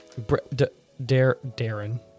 Darren